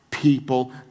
People